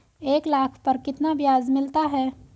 एक लाख पर कितना ब्याज मिलता है?